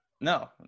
No